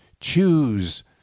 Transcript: choose